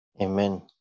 Amen